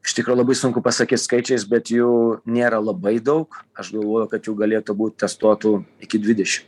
iš tikro labai sunku pasakyt skaičiais bet jų nėra labai daug aš galvoju kad jų galėtų būt testuotų iki dvidešim